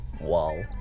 wow